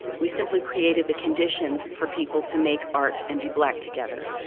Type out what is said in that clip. we simply created the conditions for people to make art and be black together.